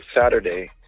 Saturday